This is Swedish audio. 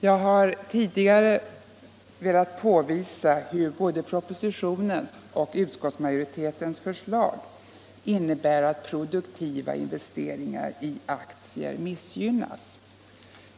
Jag har tidigare velat påvisa att både propositionens och utskottsmajoritetens förslag innebär att produktiva investeringar i aktier missgynnas.